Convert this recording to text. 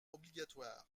obligatoires